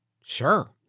Sure